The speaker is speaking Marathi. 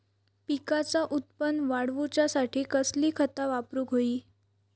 पिकाचा उत्पन वाढवूच्यासाठी कसली खता वापरूक होई?